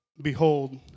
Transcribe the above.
Behold